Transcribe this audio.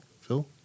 Phil